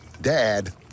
Dad